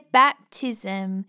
baptism